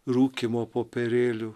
rūkymo popierėlių